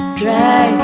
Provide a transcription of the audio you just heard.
drag